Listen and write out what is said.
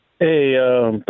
Hey